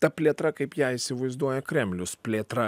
ta plėtra kaip ją įsivaizduoja kremlius plėtra